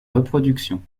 reproduction